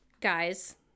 guys